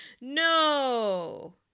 no